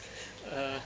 err